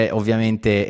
ovviamente